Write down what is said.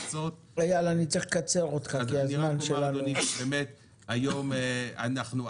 אומר אדוני שבאמת היום אנחנו,